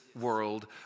world